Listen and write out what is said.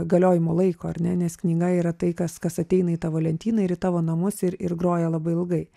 galiojimo laiko ar ne nes knyga yra tai kas kas ateina į tą lentyną ir į tavo namus ir ir groja labai ilgai